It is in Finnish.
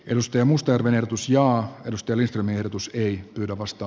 ennuste musta verotus joo jos työllistyminen otus ei pyydä vasta